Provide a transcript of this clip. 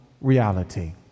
reality